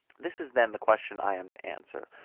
this is then the question i am to answer,